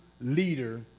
leader